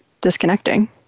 disconnecting